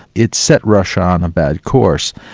it set russia on a bad course,